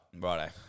right